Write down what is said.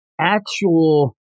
actual